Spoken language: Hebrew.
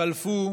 חלפו